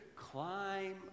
climb